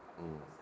mm